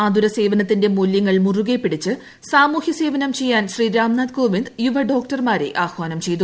ആതുരസേവനത്തിന്റെ മൂല്യങ്ങൾ മുറുകെ പിടിച്ച് സാമൂഹൃ സേവനം ചെയ്യാൻ ശ്രീ രാംനാഥ് കോവിന്ദ് യുവ ഡോക്ടർമാരെ ആഹ്വാനം ചെയ്തു